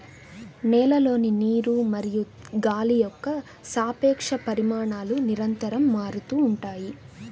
నేలలోని నీరు మరియు గాలి యొక్క సాపేక్ష పరిమాణాలు నిరంతరం మారుతూ ఉంటాయి